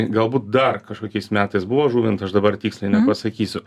galbūt dar kažkokiais metais buvo žuvinta aš dabar tiksliai nepasakysiu